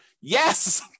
Yes